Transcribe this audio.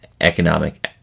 economic